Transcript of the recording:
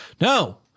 No